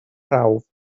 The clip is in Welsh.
prawf